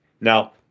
Now